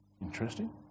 Interesting